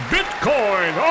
Bitcoin